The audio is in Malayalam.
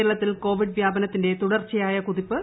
കേരളത്തിൽ കോവിഡ് വ്യാപനത്തിൽ തുടർച്ചയായ കുതിപ്പ്